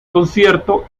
concierto